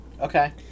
Okay